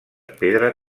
pedra